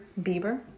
Bieber